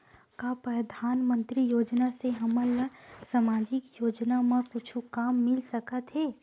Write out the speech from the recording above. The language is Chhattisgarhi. का परधानमंतरी योजना से हमन ला सामजिक योजना मा कुछु काम मिल सकत हे?